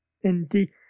Indeed